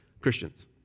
Christians